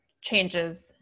changes